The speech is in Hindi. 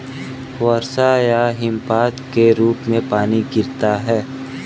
वर्षा या हिमपात के रूप में पानी गिरता है